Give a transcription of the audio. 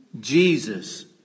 Jesus